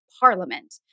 Parliament